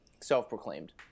Self-proclaimed